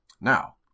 Now